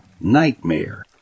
nightmare